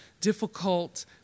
difficult